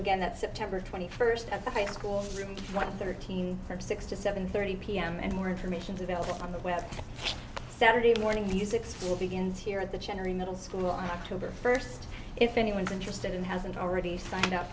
again that september twenty first at the high school one of their teen from six to seven thirty pm and more information is available on the web saturday morning music school begins here at the general middle school on october first if anyone's interested in hasn't already signed up